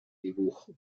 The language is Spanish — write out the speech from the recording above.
dibujo